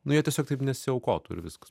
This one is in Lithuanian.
nu jie tiesiog taip nesiaukotų ir viskas